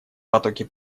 потоки